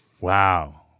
Wow